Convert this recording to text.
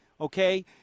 Okay